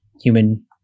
human